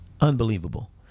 Unbelievable